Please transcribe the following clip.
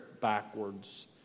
backwards